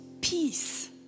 peace